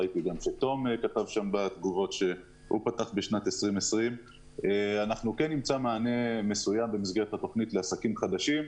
ראיתי גם שתום כתב בתגובות שהוא פתח בשנת 2020. אנחנו נמצא מענה במסגרת התוכנית לעסקים חדשים,